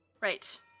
Right